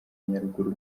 nyaruguru